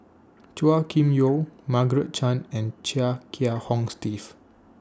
Chua Kim Yeow Margaret Chan and Chia Kiah Hong Steve